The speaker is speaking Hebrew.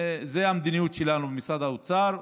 זו המדיניות שלנו במשרד האוצר,